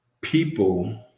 people